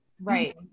Right